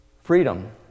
Freedom